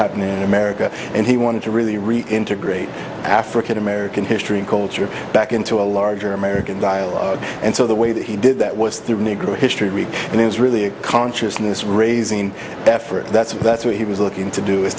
happening in america and he wanted to really really integrate african american history and culture back into a larger american dialogue and so the way that he did that was through negro history week and it was really a consciousness raising effort that's that's what he was looking to do is